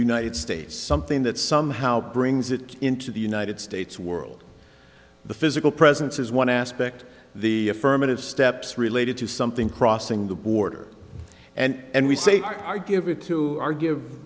united states something that somehow brings it into the united states world the physical presence is one aspect the affirmative steps related to something crossing the border and we say i give it to our give